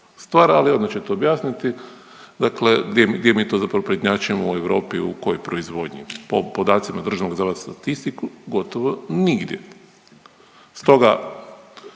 stvar ali ona će to objasniti. Dakle gdje mi to zapravo prednjačimo u Europi u kojoj proizvodnji, po podacima Državnog zavoda za statistiku gotovo nigdje. Stoga